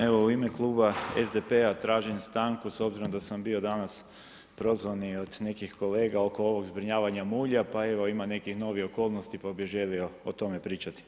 Evo u ime Kluba SDP-a tražim stanku, s obzirom da sam bio danas prozvan i od nekih kolega, oko ovog zbrinjavanja mulja, pa evo, ima nekih novih okolnosti, pa bi želio o tome priča.